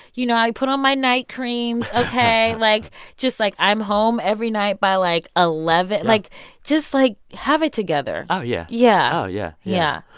you know, i put on my night creams. ok? like just, like, i'm home every night by, like, eleven. like just like, have it together oh, yeah yeah oh, yeah, yeah.